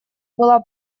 была